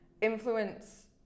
influence